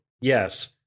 yes